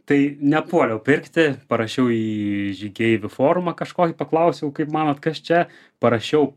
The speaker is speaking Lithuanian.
tai nepuoliau pirkti parašiau į žygeivių forumą kažkokį paklausiau kaip manot kas čia parašiau